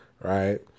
right